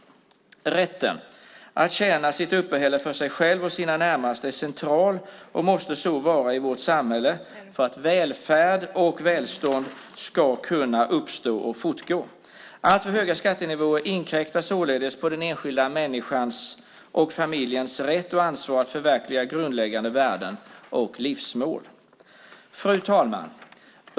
Rätten att tjäna sitt uppehälle för sig själv och sina närmaste är central och måste så vara i vårt samhälle för att välfärd och välstånd ska kunna uppstå och fortgå. Alltför höga skattenivåer inkräktar på den enskilda människans och familjens rätt och ansvar att förverkliga grundläggande värden och livsmål. Fru talman!